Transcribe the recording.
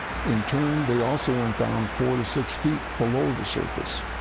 in turn, they also went down four to six feet below the surface.